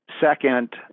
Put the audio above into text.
Second